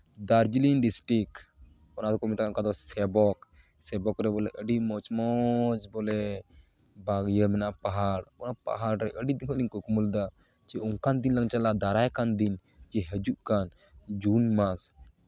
Darjeeling district ᱚᱱᱟ ᱫᱚᱠᱚ ᱢᱮᱛᱟᱜᱼᱟ ᱚᱠᱟ ᱫᱚ ᱥᱮᱵᱚᱠ ᱥᱮᱵᱚᱠ ᱨᱮ ᱵᱚᱞᱮ ᱟᱹᱰᱤ ᱢᱚᱡᱽ ᱢᱚᱡᱽ ᱵᱚᱞᱮ ᱢᱮᱱᱟᱜᱼᱟ ᱯᱟᱦᱟᱲ ᱚᱱᱟ ᱯᱟᱦᱟᱲ ᱨᱮ ᱟᱹᱰᱤ ᱫᱤᱱ ᱠᱷᱚᱱ ᱞᱤᱧ ᱠᱩᱠᱢᱩ ᱞᱮᱫᱟ ᱡᱮ ᱚᱱᱠᱟᱱ ᱫᱤᱱᱞᱟᱝ ᱪᱟᱞᱟᱜᱼᱟ ᱫᱟᱨᱟᱭ ᱠᱟᱱ ᱫᱤᱱ ᱡᱮ ᱦᱤᱡᱩᱜ ᱠᱟᱱᱟ ᱡᱩᱱ ᱢᱟᱥ